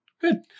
Good